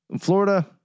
Florida